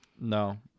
No